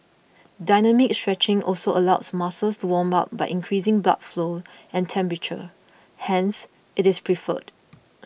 dynamic stretching also allows muscles to warm up by increasing blood flow and temperature hence it is preferred